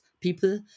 people